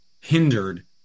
hindered